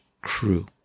crew